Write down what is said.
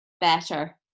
better